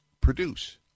produce